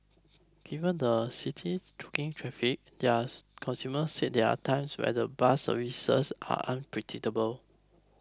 given the city's choking traffic dias consumer said there are times when the bus services are unpredictable